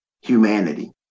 humanity